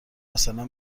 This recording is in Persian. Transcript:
مثلا